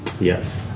Yes